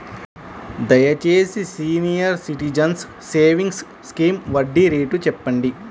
దయచేసి senior citizens savings scheme వడ్డీ rate చెప్పండి